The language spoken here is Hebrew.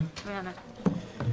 פוליסוק.